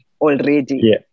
already